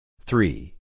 Three